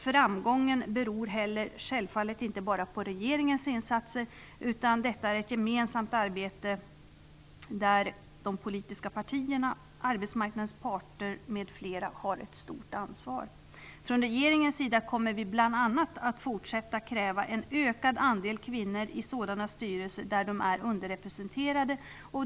Framgången beror självfallet inte heller bara på regeringens insatser, utan detta är ett gemensamt arbete, i vilket de politiska partierna, arbetsmarknadens parter, m.fl. har ett stort ansvar. Från regeringens sida kommer vi bl.a. att fortsätta att kräva en ökad andel kvinnor i sådana styrelser där de är underrepresenterade.